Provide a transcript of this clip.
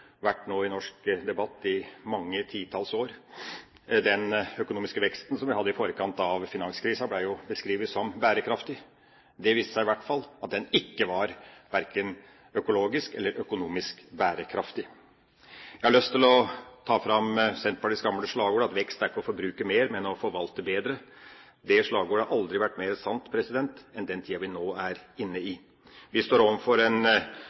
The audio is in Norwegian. vært brukt i norsk debatt i mange titalls år. Den økonomiske veksten som vi hadde i forkant av finanskrisa, ble beskrevet som bærekraftig. Det viste seg i hvert fall at den var verken økologisk eller økonomisk bærekraftig. Jeg har lyst til å ta fram Senterpartiets gamle slagord: «Vekst er ikke å forbruke mer, men å forvalte bedre.» Det slagordet har aldri vært mer sant enn i den tida vi nå er inne i. Vi står